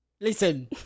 Listen